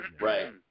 Right